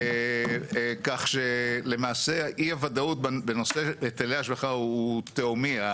כך שלמעשה אי הוודאות בנושא היטלי השבחה הוא תהומי.